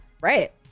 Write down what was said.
right